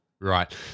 Right